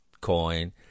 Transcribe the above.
coin